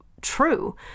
true